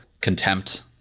contempt